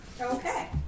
Okay